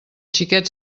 xiquets